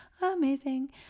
amazing